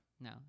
No